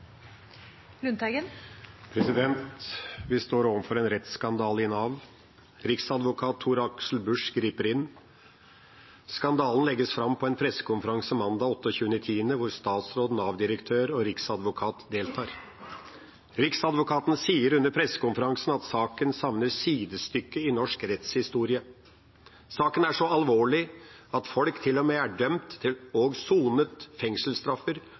Vi står overfor en rettsskandale i Nav. Riksadvokat Tor-Aksel Busch griper inn. Skandalen legges fram på en pressekonferanse mandag 28. oktober, hvor statsråd, Nav-direktør og riksadvokat deltar. Riksadvokaten sier under pressekonferansen at saken savner sidestykke i norsk rettshistorie. Saken er så alvorlig at folk til og med er dømt til, og har sonet, fengselsstraffer